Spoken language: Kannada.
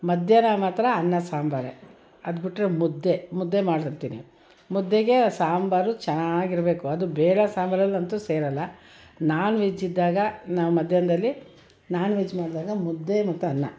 ಮಧ್ಯಾಹ್ನ ಮಾತ್ರ ಅನ್ನ ಸಾಂಬಾರೆ ಅದು ಬಿಟ್ಟರೆ ಮುದ್ದೆ ಮುದ್ದೆ ಮಾಡಿರ್ತೀನಿ ಮುದ್ದೆಗೆ ಸಾಂಬಾರು ಚೆನ್ನಾಗಿ ಇರಬೇಕು ಅದು ಬೇರೆ ಸಾಂಬಾರಲ್ಲಿ ಅಂತೂ ಸೇರೋಲ್ಲ ನಾನ್ ವೆಜ್ ಇದ್ದಾಗ ನಾವು ಮಧ್ಯಾಹ್ನದಲ್ಲಿ ನಾನ್ ವೆಜ್ ಮಾಡಿದಾಗ ಮುದ್ದೆ ಮತ್ತು ಅನ್ನ